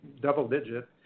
double-digit